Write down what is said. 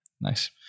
Nice